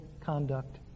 conduct